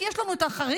כי יש לנו את החריג,